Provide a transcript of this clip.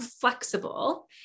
flexible